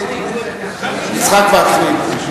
רבותי, אנחנו